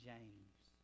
James